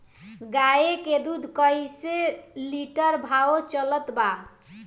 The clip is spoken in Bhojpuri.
गाय के दूध कइसे लिटर भाव चलत बा?